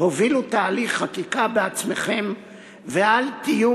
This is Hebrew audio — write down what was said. הובילו תהליך חקיקה בעצמכם ואל תהיו